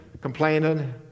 complaining